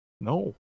No